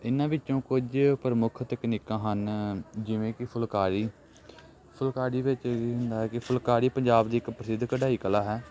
ਇਹਨਾਂ ਵਿੱਚੋਂ ਕੁਝ ਪ੍ਰਮੁੱਖ ਤਕਨੀਕਾਂ ਹਨ ਜਿਵੇਂ ਕਿ ਫੁਲਕਾਰੀ ਫੁਲਕਾਰੀ ਵਿੱਚ ਕੀ ਹੁੰਦਾ ਹੈ ਕਿ ਫੁਲਕਾਰੀ ਪੰਜਾਬ ਦੀ ਇੱਕ ਪ੍ਰਸਿੱਧ ਕਢਾਈ ਕਲਾ ਹੈ